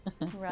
Right